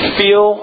feel